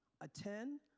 attend